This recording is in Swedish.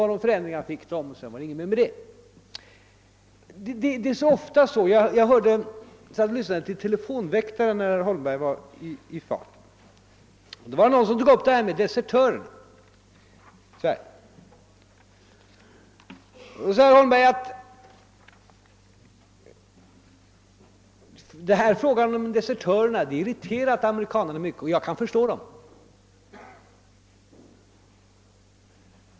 Det är ofta på detta sätt. Jag lyssnade på herr Holmberg i telefonväktarprogrammet i radio. Någon tog upp frågan om desertörerna. Herr Holmberg sade att frågan om desertörerna har irriterat amerikanerna mycket, vilket han väl kunde förstå.